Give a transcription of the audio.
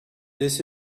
this